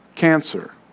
Cancer